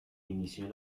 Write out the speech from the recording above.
inició